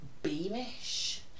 Beamish